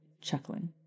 chuckling